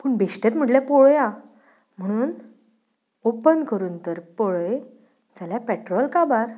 पूण बेश्टेंत म्हटलें पळोवया म्हणून ओपन करून तर पळय जाल्या पॅट्रॉल काबार